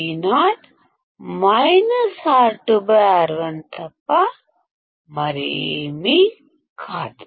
Vo minus R2 R1 తప్ప మరేమీ కాదు